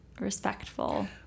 respectful